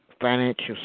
financial